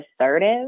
assertive